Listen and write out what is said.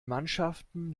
mannschaften